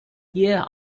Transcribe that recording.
yeah